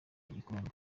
igikombe